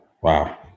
Wow